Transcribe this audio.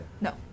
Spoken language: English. No